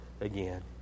again